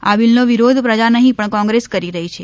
આ બિલનો વિરોધ પ્રજા નહી પણ કોંગ્રેસ કરી રહી છે